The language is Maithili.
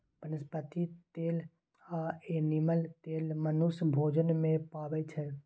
बनस्पति तेल आ एनिमल तेल मनुख भोजन मे पाबै छै